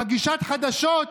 מגישת חדשות,